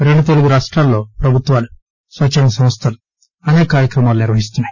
రెండు తెలుగు రాష్ట్రాల్లో ప్రభుత్వాలు స్వచ్చంద సంస్థలు అసేక కార్యక్రమాలు నిర్వహిస్తున్నాయి